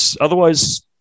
otherwise